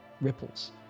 ripples